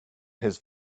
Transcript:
his